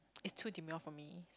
it's too demure for me